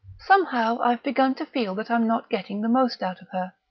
somehow, i've begun to feel that i'm not getting the most out of her.